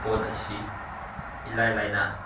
ꯄꯣꯠ ꯑꯁꯤ ꯏꯂꯥꯏ ꯂꯥꯏꯅ